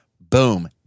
Boom